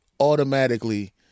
automatically